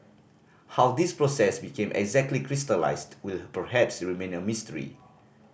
how this process became exactly crystallised will perhaps remain a mystery